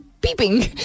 peeping